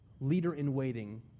leader-in-waiting